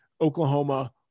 Oklahoma